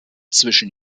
zwischen